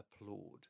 applaud